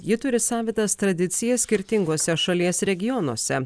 ji turi savitas tradicijas skirtinguose šalies regionuose